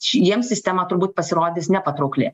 jiems sistema turbūt pasirodys nepatraukli